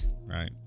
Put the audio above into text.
right